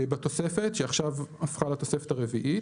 בתוספת, " שעכשיו הפכה לתוספת הרביעית.